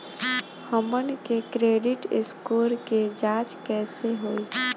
हमन के credit score के जांच कैसे होइ?